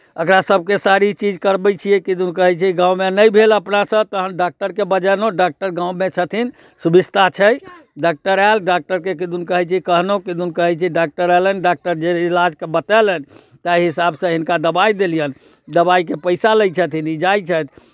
एकरासभके सारी चीज करबै छियै किदन कहै छै गाममे नहि भेल अपनासँ तखन डाक्टरकेँ बजेलहुँ डाक्टर गाममे छथिन सुभिस्था छै डाक्टर आयल डाक्टरके किदन कहै छै कहलहुँ किदन कहै छै डाक्टर अयलनि डाक्टर जे इलाजके बतेलनि ताहि हिसाबसँ हिनका दवाइ देलियनि दवाइके पैसा लै छथिन ई जाइ छथि